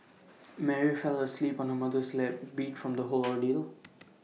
Mary fell asleep on her mother's lap beat from the whole ordeal